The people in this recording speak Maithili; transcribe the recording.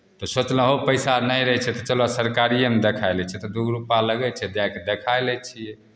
तऽ सोचलहुँ पैसा नहि रहै छै तऽ चलह सरकारिएमे देखाए लै छियै तऽ दू गो रुपैआ लगै छै जाए कऽ देखाए लै छियै